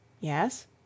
Yes